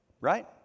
right